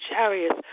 chariots